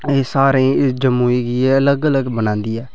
सारें गी जम्मू गी गै अलग अलग बनांदी ऐ